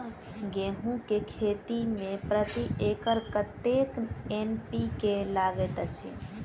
गेंहूँ केँ खेती मे प्रति एकड़ कतेक एन.पी.के लागैत अछि?